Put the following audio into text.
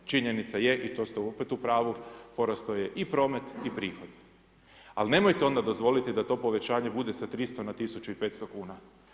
Činjenica je i to ste opet u pravu, porastao je i promet i prihod ali nemojte onda dozvoliti da to povećanje bude sa 300 na 1500 kuna.